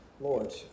Lord